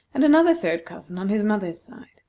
and another third cousin on his mother's side.